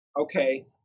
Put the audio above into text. Okay